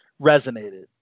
resonated